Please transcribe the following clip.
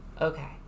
Okay